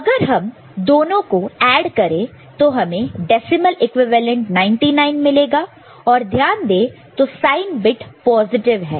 अगर हम दोनों को ऐड करें तो हमें डेसिमल इक्विवेलेंट 99 मिलेगा और ध्यान दें तो साइन बिट पॉजिटिव है